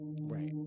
Right